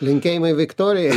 linkėjimai viktorijai